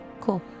cool